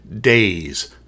days